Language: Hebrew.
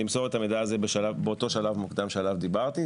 למסור את המידע הזה באותו שלב מוקדם שעליו דיברתי,